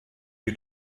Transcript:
die